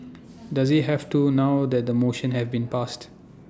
does he have to now that the motion have been passed